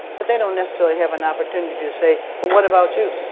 but they don't necessarily have an opportunity to say what about you?